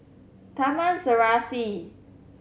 Taman Serasi